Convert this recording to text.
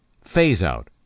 phase-out